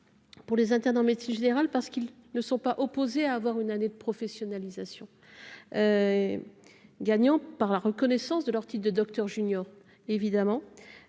pour les internes en médecine générale, parce qu'ils ne sont pas opposés à avoir une année de professionnalisation ; gagnant par la reconnaissance de leur titre de docteur junior ; gagnant